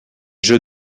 jeux